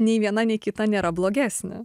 nei viena nei kita nėra blogesnė